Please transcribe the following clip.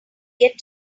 get